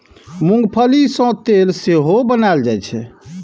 मूंंगफली सं तेल सेहो बनाएल जाइ छै